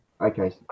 Okay